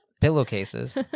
Pillowcases